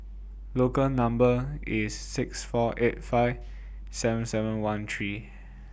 Local Number IS six four eight five seven seven one three